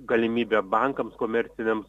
galimybė bankams komerciniams